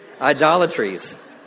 Idolatries